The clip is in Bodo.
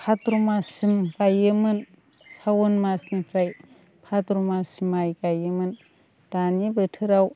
भाद्र' माससिम गायोमोन सावन मासनिफ्राय भाद्र' मास माइ गायोमोन दानि बोथोराव